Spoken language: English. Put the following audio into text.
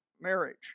marriage